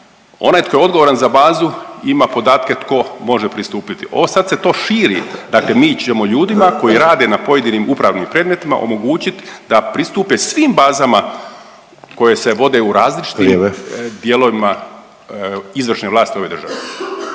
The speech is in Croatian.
Onaj tko je odgovoran za bazu ima podatke tko može pristupiti, ovo sad se to širi dakle mi ćemo ljudima koji rade na pojedinim upravnim predmetima omogućit da pristupe svim bazama koje se vode u različitim …/Upadica Sanader: